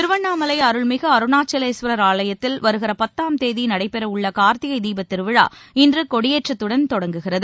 திருவண்ணாமலை அருள்மிகு அருணாசலேஸ்வரர் ஆலயத்தில் வருகிற பத்தாம் தேதி நடைபெற உள்ள கார்த்திகை தீபத் திருவிழா இன்று கொடியேற்றத்துடன் தொடங்குகிறது